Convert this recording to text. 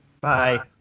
Bye